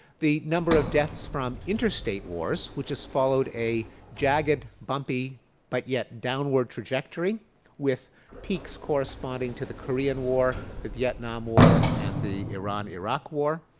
the number of deaths from interstate wars which has followed a jagged, bumpy but yet downward trajectory with peaks corresponding to the korean war, the vietnam war, and the iran iraq war.